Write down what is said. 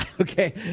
okay